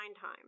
time